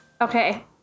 Okay